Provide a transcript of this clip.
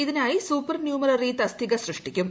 ഇതിനായി supernumerary തസ്തിക സൃഷ്ടിക്കും